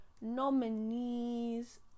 nominees